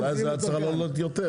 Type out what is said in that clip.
יכול להיות שזה היה צריך לעלות יותר.